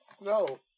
No